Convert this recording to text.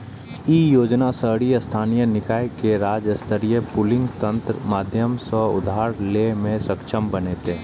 ई योजना शहरी स्थानीय निकाय कें राज्य स्तरीय पूलिंग तंत्रक माध्यम सं उधार लै मे सक्षम बनेतै